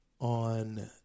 On